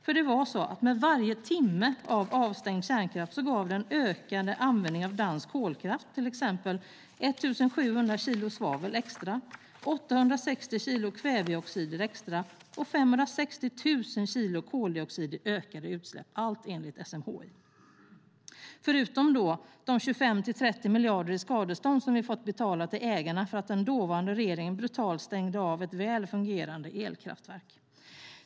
För varje timme med avstängd kärnkraft gav den ökade användningen av dansk kolkraft enligt SMHI ökade utsläpp i form av till exempel 1 700 kilo extra svavel, 860 kilo extra kväveoxider och 560 000 kilo koldioxid, förutom de 25-30 miljarder i skadestånd som vi fått betala till ägarna för att den dåvarande regeringen brutalt stängde av ett väl fungerande elkraftverk.